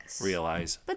realize